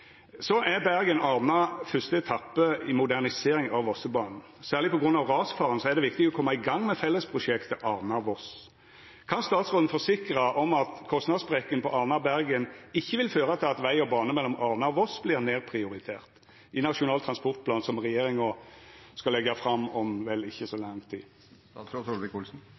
er første etappe i moderniseringa av Vossebanen. Særleg på grunn av rasfaren er det viktig å koma i gang med fellesprosjektet Arna–Voss. Kan statsråden forsikra om at kostnadssprekken på Arna–Bergen ikkje vil føra til at veg og bane mellom Arna og Voss vert nedprioritert i Nasjonal transportplan, som regjeringa skal leggja fram om ikkje så lang tid?